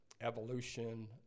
evolution